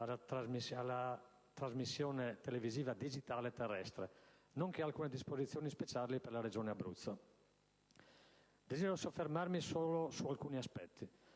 alla trasmissione televisiva digitale terrestre; stabilisce infine alcune disposizioni speciali per la Regione Abruzzo. Desidero soffermarmi solo su alcuni aspetti.